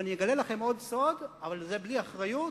ואני אגלה לכם עוד סוד, אבל זה בלי אחריות: